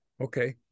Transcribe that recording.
Okay